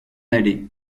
aller